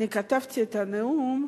כתבתי את הנאום,